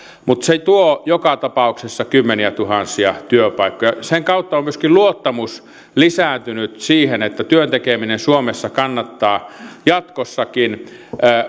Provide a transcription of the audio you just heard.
mutta se tuo joka tapauksessa kymmeniätuhansia työpaikkoja sen kautta on myöskin luottamus lisääntynyt siihen että työn tekeminen suomessa kannattaa jatkossakin